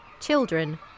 Children